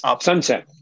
sunset